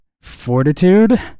fortitude